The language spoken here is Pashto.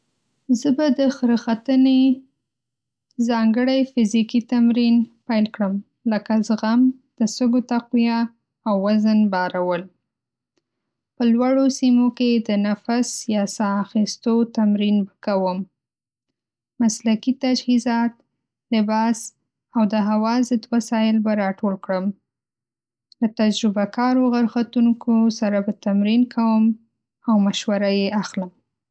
زه به د غره ختنې ځانګړی فزیکي تمرین پيل کړم، لکه زغم، د سږو تقویه او وزن بارول. په لوړو سیمو کې د نفس یا ساه اخیستو تمرین به کوم. مسلکي تجهیزات، لباس، او د هوا ضد وسایل به راټول کړم. له تجربه‌کارو غر‌ختونکو سره به تمرین کوم او مشوره يې اخلم.